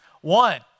One